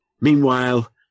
meanwhile